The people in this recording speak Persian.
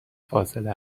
فاصله